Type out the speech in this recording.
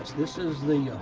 this is the.